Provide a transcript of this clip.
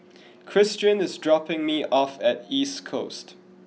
Christian is dropping me off at East Coast